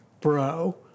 bro